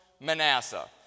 Manasseh